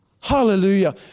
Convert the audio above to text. Hallelujah